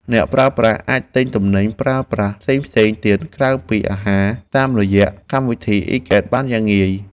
អ្នកប្រើប្រាស់អាចទិញទំនិញប្រើប្រាស់ផ្សេងៗទៀតក្រៅពីអាហារតាមរយៈកម្មវិធីអ៊ីហ្គេតបានយ៉ាងងាយ។